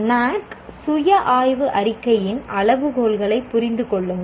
NAAC சுய ஆய்வு அறிக்கையின் அளவுகோல்களைப் புரிந்து கொள்ளுங்கள்